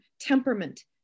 temperament